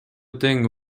тең